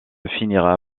finira